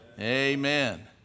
Amen